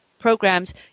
programs